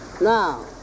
Now